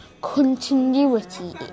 continuity